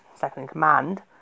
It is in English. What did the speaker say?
second-in-command